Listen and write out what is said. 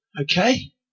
okay